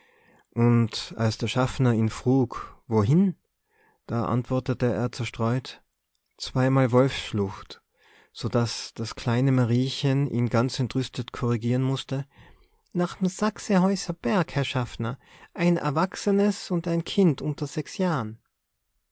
und als der schaffner ihn frug wohin da antwortete er zerstreut zweimal wolfsschlucht so daß das kleine mariechen ihn ganz entrüstet korrigieren mußte nach'm sachsehäuser berg herr schaffner ein erwachsenes und ein kind unter sechs jahren